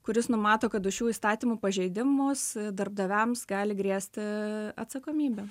kuris numato kad už šių įstatymų pažeidimus darbdaviams gali grėsti atsakomybė